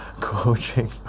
coaching